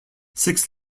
six